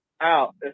out